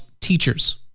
teachers